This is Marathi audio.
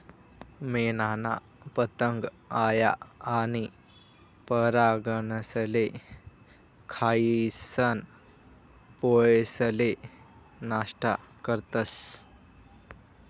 मेनना पतंग आया आनी परागकनेसले खायीसन पोळेसले नष्ट करतस